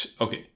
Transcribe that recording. okay